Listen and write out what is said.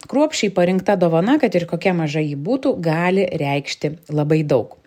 kruopščiai parinkta dovana kad ir kokia maža ji būtų gali reikšti labai daug